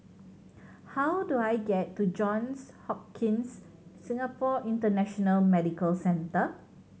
how do I get to Johns Hopkins Singapore International Medical Centre